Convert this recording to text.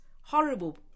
horrible